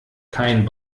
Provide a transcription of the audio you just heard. kein